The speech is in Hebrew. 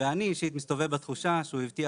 ואני אישית מסתובב בתחושה שהוא הבטיח